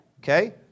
okay